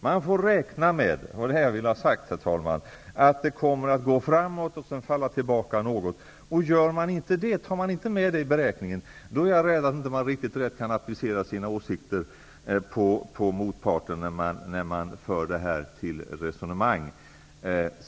Man får räkna med -- detta vill jag ha sagt, herr talman -- att det kommer att gå framåt och sedan falla tillbaka något. Tar man inte med detta i beräkningen, är jag rädd för att man inte riktigt kan applicera sina åsikter på motparten när man för detta resonemang.